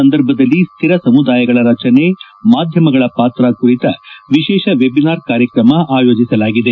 ಸಂದರ್ಭದಲ್ಲಿ ಸ್ಟಿರ ಸಮುದಾಯಗಳ ರಚನೆ ಮಾಧ್ಯಮಗಳ ಪಾತ್ರ ಕುರಿತ ವಿಶೇಷ ವೆಬಿನಾರ್ ಕಾರ್ಯಕ್ರಮ ಆಯೋಜಿಸಲಾಗಿದೆ